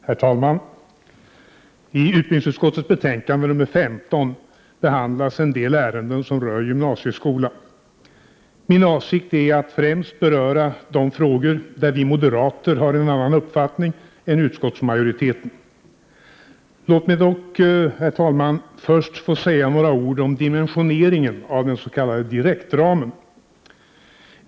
Herr talman! I utbildningsutskottets betänkande nr 15 behandlas en del ärenden som rör gymnasieskolan. Min avsikt är att främst beröra de frågor där vi moderater har en annan uppfattning än utskottsmajoriteten. Låt mig dock, herr talman, först få säga några ord om dimensioneringen av den s.k. direktramen.